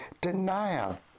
denial